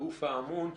הגוף האמון,